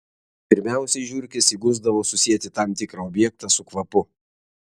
pirmiausiai žiurkės įgusdavo susieti tam tikrą objektą su kvapu